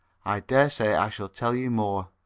i daresay i shall tell you more.